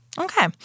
Okay